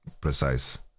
precise